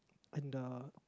and the